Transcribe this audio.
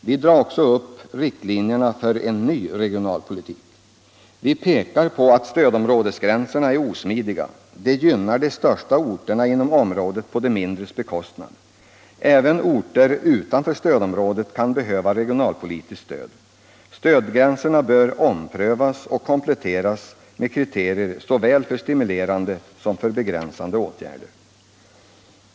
Vi drar också upp riktlinjer för den nya regionalpo Vi pekar på att stödområdesgränserna är osmidiga. De gynnar de största orterna inom området på de mindres bekostnad. Även orter utanför stödområdet kan behöva regionalpolitiskt stöd. Stödgränserna bör omprövas och kompletteras med kriterier såväl för stimulerande som för begränsande åtgärder.